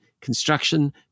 construction